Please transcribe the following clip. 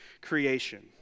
creation